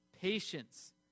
patience